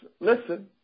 listen